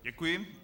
Děkuji.